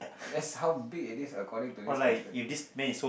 that's how big it is according to this perspective